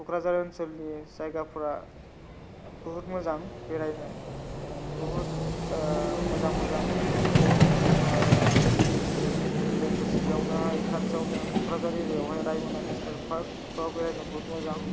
क'क्राझार ओनसोलनि जायगाफोरा बहुद मोजां बेरायनो बहुद मोजां मोजां पिकनिक स्पट लोगोसे बेयावनो खाथियावनो रायमना नेसनेल पार्कफोराव बेरायनो बहुद मोजां